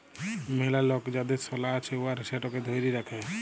ম্যালা লক যাদের সলা আছে উয়ারা সেটকে ধ্যইরে রাখে